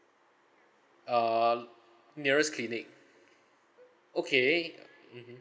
err nearest clinic okay uh mmhmm